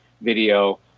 video